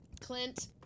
Clint